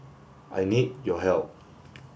I need your help